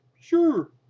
Sure